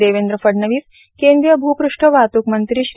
देवेंद्र फडणवीस केंद्रीय भूपृष्ठ वाहतूक मंत्री श्री